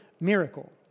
miracle